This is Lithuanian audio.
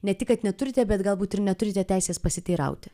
ne tik kad neturite bet galbūt ir neturite teisės pasiteirauti